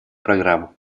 программ